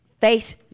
face